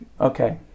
Okay